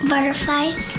Butterflies